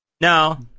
No